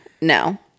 No